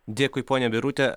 dėkui ponia birute